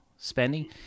spending